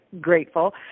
grateful